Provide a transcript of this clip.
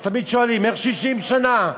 אז תמיד שואלים: איך 60 שנה?